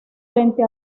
frente